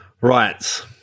Right